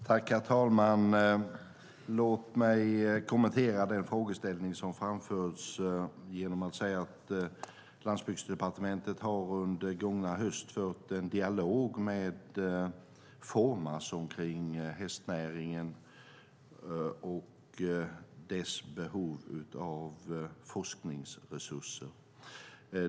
Herr talman! Låt mig kommentera den frågeställning som framfördes genom att säga att Landsbygdsdepartementet under gångna höst fört en dialog med Formas om hästnäringen och dess behov av forskningsresurser.